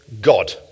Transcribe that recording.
God